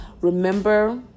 Remember